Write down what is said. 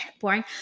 boring